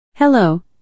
Hello